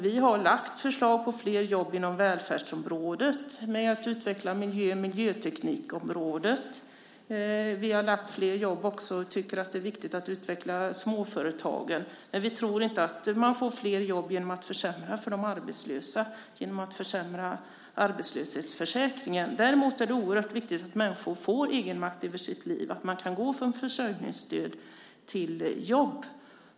Vi har lagt fram förslag på flera jobb inom välfärdsområdet och jobb med att utveckla miljöteknikområdet. Vi tycker också att det är viktigt att utveckla småföretagen. Men vi tror inte att man får flera jobb genom att försämra för de arbetslösa och försämra arbetslöshetsförsäkringen. Däremot är det oerhört viktigt att människor får egen makt över sitt liv - att man kan gå från försörjningsstöd till jobb.